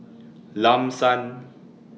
Lam San